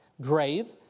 Grave